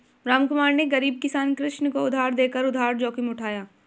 रामकुमार ने गरीब किसान कृष्ण को उधार देकर उधार जोखिम उठाया